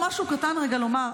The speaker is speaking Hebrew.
משהו קטן לומר.